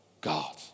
God